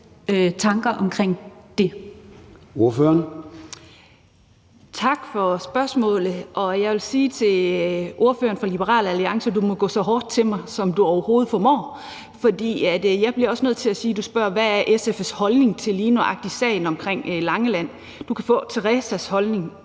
Berg Andersen (SF): Tak for spørgsmålet. Jeg vil sige til ordføreren for Liberal Alliance: Du må gå så hårdt til mig, som du overhovedet formår, for jeg bliver jo også nødt til at sige, at når du spørger, hvad SF's holdning til lige nøjagtig sagen på Langeland er, kan du få Theresas holdning,